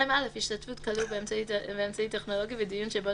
השתתפות כלוא באמצעי טכנולוגי בדיון שבו